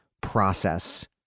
process